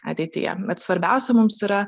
ateityje bet svarbiausia mums yra